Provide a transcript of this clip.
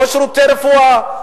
לא שירותי רפואה,